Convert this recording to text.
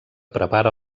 prepara